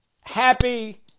Happy